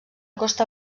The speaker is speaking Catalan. costa